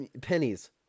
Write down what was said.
pennies